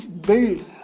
build